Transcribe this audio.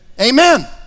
Amen